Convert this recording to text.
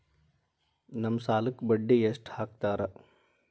ನಮ್ ಸಾಲಕ್ ಬಡ್ಡಿ ಎಷ್ಟು ಹಾಕ್ತಾರ?